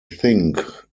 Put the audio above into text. think